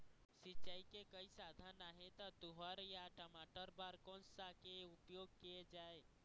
सिचाई के कई साधन आहे ता तुंहर या टमाटर बार कोन सा के उपयोग किए जाए?